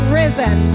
risen